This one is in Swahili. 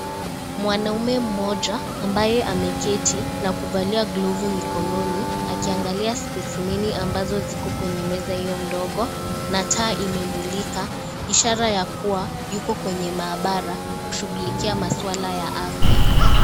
Mwanaume mmoja ambaye ameketi na kuvalia (CS)glovu(CS) mikononi akiangalia (CS)spesimeni(CS) ambazo ziko kwenye meza iyo ndogo na taa imemulika, ishara ya kuwa yuko kwenye mahabara kushuglikia maswala ya afya.